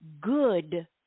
good